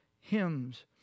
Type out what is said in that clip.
hymns